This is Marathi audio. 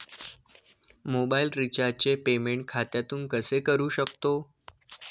मोबाइल रिचार्जचे पेमेंट खात्यातून कसे करू शकतो?